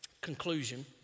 conclusion